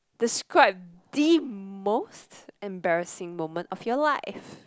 describe the most embarrassing moment of your life